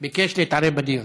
ביקש להתערב בדיון.